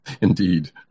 Indeed